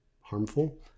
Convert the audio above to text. harmful